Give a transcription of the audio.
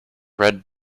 red